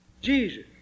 Jesus